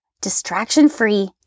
distraction-free